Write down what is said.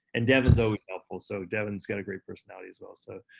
and devin's always helpful, so devin's got a great personality as well so.